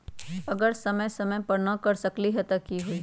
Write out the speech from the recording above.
अगर समय समय पर न कर सकील त कि हुई?